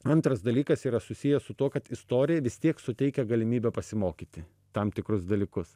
antras dalykas yra susijęs su tuo kad istorija vis tiek suteikia galimybę pasimokyti tam tikrus dalykus